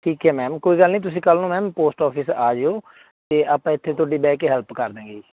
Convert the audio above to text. ਠੀਕ ਏ ਮੈਮ ਕੋਈ ਗੱਲ ਨਹੀਂ ਤੁਸੀਂ ਕੱਲ੍ਹ ਨੂੰ ਮੈਮ ਪੋਸਟ ਆਫਿਸ ਆ ਜਾਇਓ ਅਤੇ ਆਪਾਂ ਇੱਥੇ ਤੁਹਾਡੀ ਬਹਿ ਕੇ ਹੈਲਪ ਕਰ ਦਾਂਗੇ ਜੀ